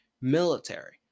military